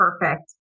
perfect